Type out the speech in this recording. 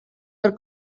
per